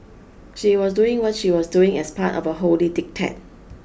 she was doing what she was doing as part of a holy diktat